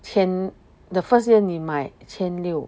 千 the first year 你买千六